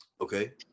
Okay